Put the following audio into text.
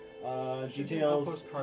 Details